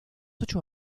ocho